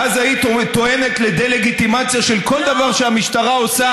ואז היית טוענת לדה-לגיטימציה של כל דבר שהמשטרה עושה,